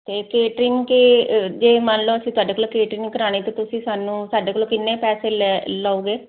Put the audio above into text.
ਤੇ ਕੇਟਰਿੰਗ ਤੇ ਜੇ ਮੰਨ ਲੋ ਅਸੀਂ ਥੋਡੇ ਤੋ ਕੇਟਰਿੰਗ ਕਰਾਣੀ ਤੁਸੀਂ ਸਾਨੂੰ ਸਾਡੇ ਕੋਲ ਕਿੰਨੇ ਪੈਸੇ ਲੇ ਲਉਗੇ